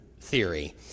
theory